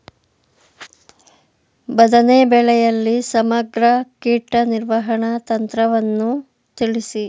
ಬದನೆ ಬೆಳೆಯಲ್ಲಿ ಸಮಗ್ರ ಕೀಟ ನಿರ್ವಹಣಾ ತಂತ್ರವನ್ನು ತಿಳಿಸಿ?